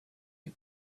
you